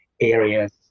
areas